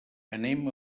anem